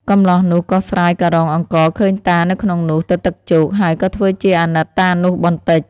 កម្លោះនោះក៏ស្រាយការុងអង្គរឃើញតានៅក្នុងនោះទទឹកជោក ហើយក៏ធ្វើជាអាណិតតានោះបន្តិច។